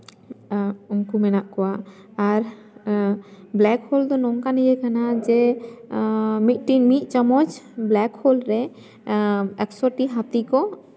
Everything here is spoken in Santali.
ᱩᱱᱠᱩ ᱢᱮᱱᱟᱜ ᱠᱚᱣᱟ ᱟᱨ ᱵᱞᱮᱠᱦᱳᱞ ᱫᱚ ᱱᱚᱝᱠᱟᱱ ᱤᱭᱟᱹ ᱠᱟᱱᱟ ᱡᱮ ᱢᱤᱫᱴᱤᱱ ᱢᱤᱫ ᱪᱟᱢᱚᱪ ᱵᱞᱮᱠᱦᱳᱞ ᱨᱮ ᱮᱠᱥᱳᱴᱤ ᱦᱟᱹᱛᱤ ᱠᱚ